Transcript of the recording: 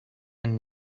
and